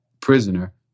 prisoner